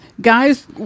guys